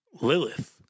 Lilith